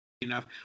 enough